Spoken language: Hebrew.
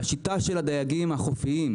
השיטה של הדייגים החופיים,